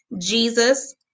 Jesus